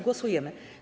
Głosujemy.